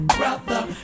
brother